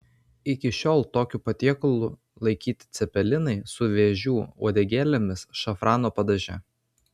iki šiol tokiu patiekalu laikyti cepelinai su vėžių uodegėlėmis šafrano padaže